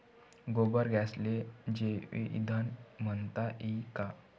गोबर गॅसले जैवईंधन म्हनता ई का?